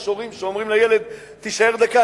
יש הורים שאומרים לילד: תישאר דקה,